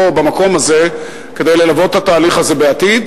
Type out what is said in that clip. במקום הזה כדי ללוות את התהליך הזה בעתיד,